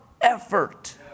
effort